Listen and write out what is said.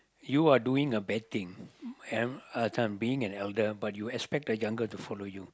you are doing a bad thing and uh this one being an elder but you expect the younger to follow you